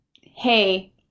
Hey